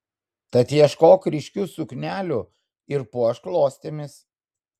tad ieškok ryškių suknelių ir puošk klostėmis